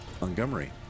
Montgomery